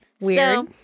Weird